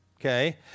okay